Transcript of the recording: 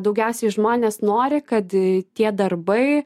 daugiausiai žmonės nori kad tie darbai